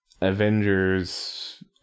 Avengers